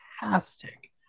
fantastic